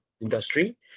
industry